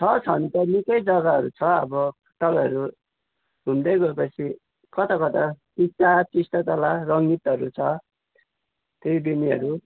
छ छन त निकै जग्गाहरू छ अब तपाईँहरू घुम्दै गएपछि कताकता टिस्टा टिस्टा तल रङ्गीतहरू छ त्रिवेणीहरू